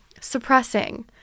suppressing